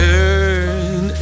Turn